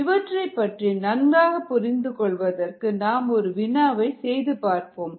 இவற்றைப் பற்றி நன்றாக புரிந்து கொள்வதற்கு நாம் ஒரு வினாவை செய்து பார்ப்போம்